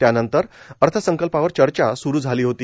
त्यानंतर अर्थसंकल्पावर चर्चा स्रू झाली होती